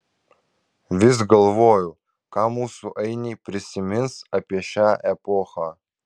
vis galvoju ką mūsų ainiai prisimins apie šią epochą